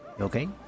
okay